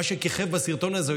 מה שכיכב בסרטון הזה,